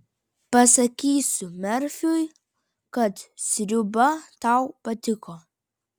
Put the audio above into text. pasakysiu merfiui kad sriuba tau patiko